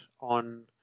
on